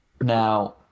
Now